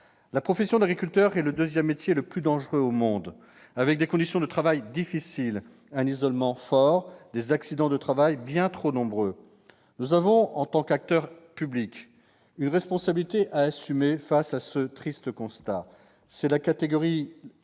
La profession d'agriculteur est le deuxième métier le plus dangereux au monde, avec des conditions de travail difficiles, un isolement fort, des accidents de travail bien trop nombreux. Nous avons, en tant qu'acteurs publics, une responsabilité à assumer face à ce triste constat. C'est la catégorie